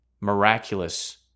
miraculous